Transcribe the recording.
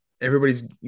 everybody's